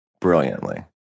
brilliantly